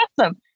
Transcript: awesome